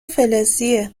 فلزیه